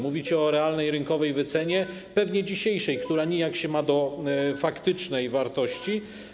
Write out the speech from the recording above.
Mówicie o realnej rynkowej wycenie, pewnie dzisiejszej, która nijak się ma do faktycznej wartości.